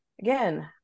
again